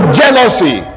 jealousy